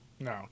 No